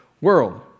world